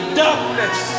darkness